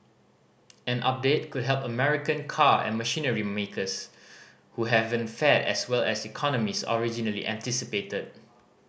an update could help American car and machinery makers who haven't fared as well as economist originally anticipated